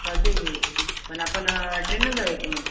चालतं आहे की पण आपण ट्रेननंच जाऊया की मग